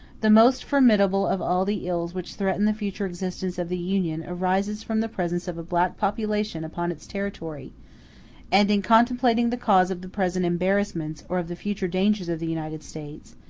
the most formidable of all the ills which threaten the future existence of the union arises from the presence of a black population upon its territory and in contemplating the cause of the present embarrassments or of the future dangers of the united states,